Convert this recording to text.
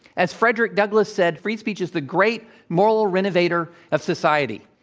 as frederick douglass said, free speech is the great moral renovator of society.